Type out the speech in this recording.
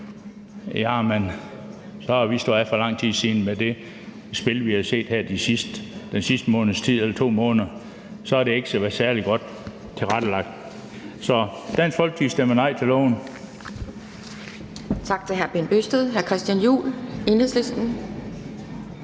jamen så er vi stået af for lang tid siden – med det spil, vi har set her den sidste måneds tid eller de sidste 2 måneder; det har ikke været særlig godt tilrettelagt. Så Dansk Folkeparti stemmer nej til